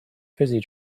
fizzy